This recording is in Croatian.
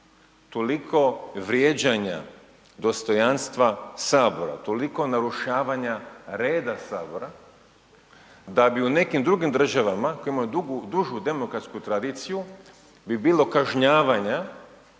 toliko vrijeđanja dostojanstva Sabora, toliko narušavanja reda Sabora da bi u nekim drugim državama, koje imaju dužu demokratsku tradiciju bi bilo kažnjavanja